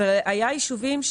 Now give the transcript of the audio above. אבל היו יישובים,